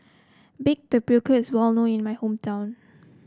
Baked Tapioca is well known in my hometown